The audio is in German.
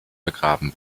begraben